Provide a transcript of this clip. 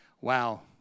Wow